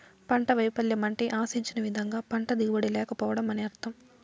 పంట వైపల్యం అంటే ఆశించిన విధంగా పంట దిగుబడి లేకపోవడం అని అర్థం